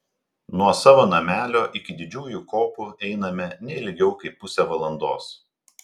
nuo savo namelio iki didžiųjų kopų einame ne ilgiau kaip pusę valandos